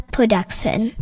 Production